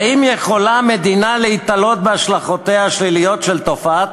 האם יכולה המדינה להיתלות בהשלכותיה השליליות של תופעת